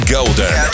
Golden